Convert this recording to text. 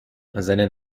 seine